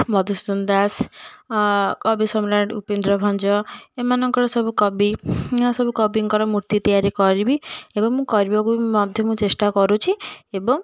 ମଧୁସୂଦନ ଦାସ କବି ସମ୍ରାଟ ଉପେନ୍ଦ୍ର ଭଞ୍ଜ ଏମାନଙ୍କର ସବୁ କବି ଏମାନଙ୍କର ସବୁ କବିଙ୍କର ମୂର୍ତ୍ତି ତିଆରି କରିବି ଏବଂ ମୁଁ କରିବାକୁ ମଧ୍ୟ ମୁଁ ଚେଷ୍ଟା କରୁଛି ଏବଂ